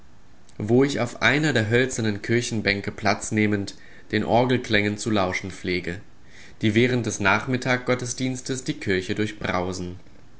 wo ich auf einer der hölzernen kirchenbänke platz nehmend den orgelklängen zu lauschen pflege die während des nachmittag gottesdienstes die kirche durchbrausen